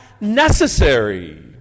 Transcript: necessary